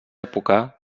època